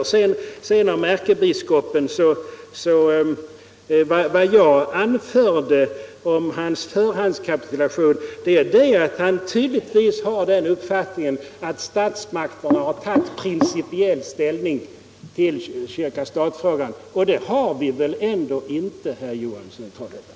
Vad jag anförde om ärkebiskopens ”förhandskapitulation” är att han tydligtvis har den uppfattningen att statsmakterna har tagit principiell ställning till kyrka-stat-frågan — och det har väl ändå inte skett, herr Johansson i Trollhättan?